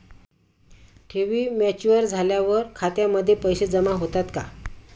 ठेवी मॅच्युअर झाल्यावर खात्यामध्ये पैसे जमा होतात का?